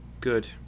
Good